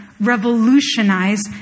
revolutionize